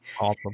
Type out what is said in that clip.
Awesome